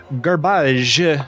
garbage